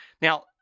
Now